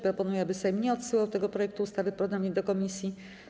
Proponuję, aby Sejm nie odsyłał tego projektu ustawy ponownie do komisji.